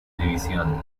división